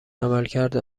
عملکرد